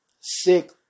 sick